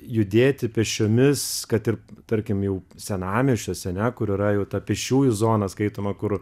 judėti pėsčiomis kad ir tarkim jau senamiesčiuose ane kur yra jau ta pėsčiųjų zona skaitoma kur